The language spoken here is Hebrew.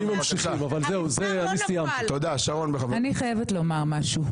אני חייבת לומר משהו,